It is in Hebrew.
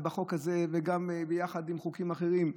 החוק הזה יחד עם חוקים אחרים.